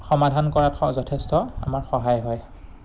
সমাধান কৰাত যথেষ্ট আমাৰ সহায় হয়